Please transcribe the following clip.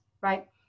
right